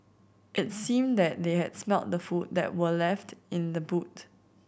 it seemed that they had smelt the food that were left in the boot